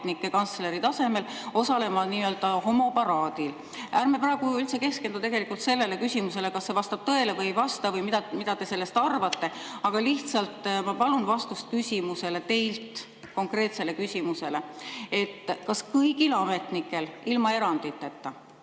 kantsleri tasemel osalema homoparaadil. Ärme praegu üldse keskendume sellele küsimusele, kas see vastab tõele või ei vasta või mida te sellest arvate, aga ma lihtsalt palun vastust küsimusele, palun teilt vastust konkreetsele küsimusele. Kas kõigil ametnikel, ilma eranditeta,